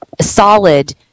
solid